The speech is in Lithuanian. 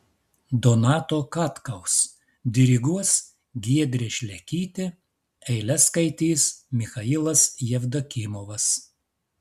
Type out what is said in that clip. donato katkaus diriguos giedrė šlekytė eiles skaitys michailas jevdokimovas